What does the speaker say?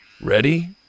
Ready